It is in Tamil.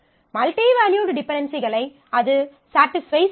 மல்டி வேல்யூட் டிபென்டென்சிகளை அது சட்டிஸ்ஃபை செய்யும்